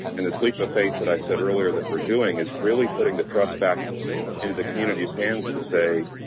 and this leap of ah faith that i said earlier, that we're doing is really putting the trust back into the community's hands to say,